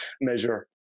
measure